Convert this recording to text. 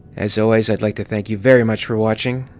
as always, i'd like to thank you very much for watching.